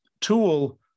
tool